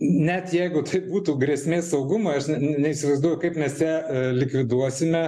net jeigu tai būtų grėsmė saugumui aš neįsivaizduoju kaip mes ją likviduosime